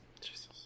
Jesus